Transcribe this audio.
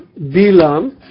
Bilam